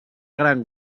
gran